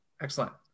Excellent